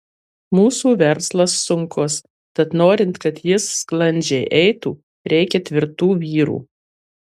mūsų verslas sunkus tad norint kad jis sklandžiai eitų reikia tvirtų vyrų